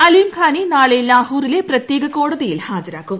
അലീംഖാനെ നാളെ ലാഹോറിലെ പ്രത്യേക കോടതിയിൽ ഹാജരാക്കും